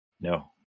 No